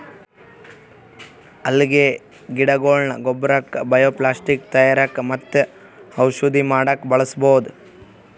ಅಲ್ಗೆ ಗಿಡಗೊಳ್ನ ಗೊಬ್ಬರಕ್ಕ್ ಬಯೊಪ್ಲಾಸ್ಟಿಕ್ ತಯಾರಕ್ಕ್ ಮತ್ತ್ ಔಷಧಿ ಮಾಡಕ್ಕ್ ಬಳಸ್ಬಹುದ್